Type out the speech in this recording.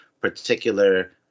particular